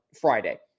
Friday